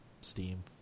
Steam